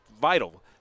vital –